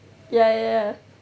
ya ya ya